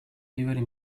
livery